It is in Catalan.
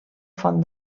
font